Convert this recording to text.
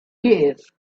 case